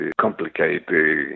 complicated